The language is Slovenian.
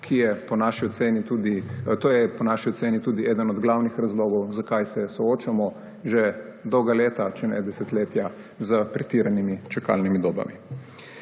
To je po naši oceni tudi eden od glavnih razlogov, zakaj se soočamo že dolga leta, če ne desetletja s pretiranimi čakalnimi dobami.